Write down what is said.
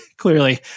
clearly